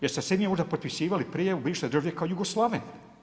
Jeste li se i vi možda potpisivali prije u bivšoj državi kao Jugoslaven.